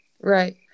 right